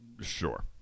Sure